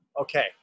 Okay